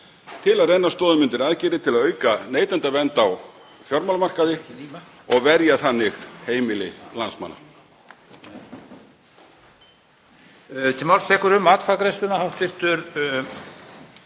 til að renna stoðum undir aðgerðir til að auka neytendavernd á fjármálamarkaði og verja þannig heimili landsmanna.